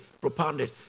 propounded